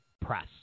press